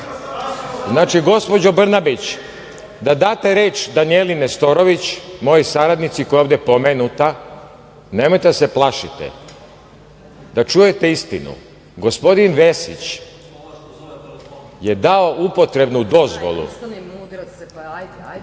kriješ. Gospođo Brnabić, da date reč Danijeli Nestorović, mojoj saradnici koja je ovde pomenuta. Nemojte da se plašite da čujete istinu. Gospodin Vesić je dao upotrebnu dozvolu